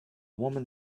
woman